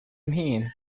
mean